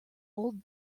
old